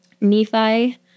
Nephi